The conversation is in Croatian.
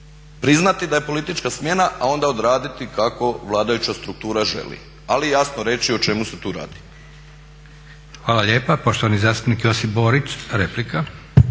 priznati da je politička smjena, a onda odraditi kako vladajuća struktura želi. Ali jasno reći o čemu se tu radi.